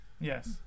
Yes